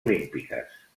olímpiques